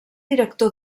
director